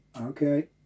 Okay